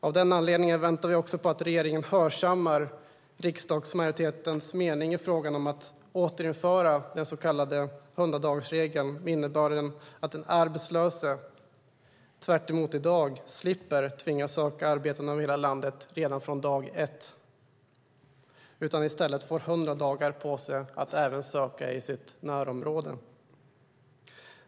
Av den anledningen väntar vi också på att regeringen hörsammar riksdagsmajoritetens mening i fråga om att återinföra den så kallade 100-dagarsregeln, med innebörden att den arbetslöse, tvärtemot i dag, slipper att tvingas söka arbeten över hela landet redan från dag ett utan i stället får 100 dagar på sig att söka i sitt närområde.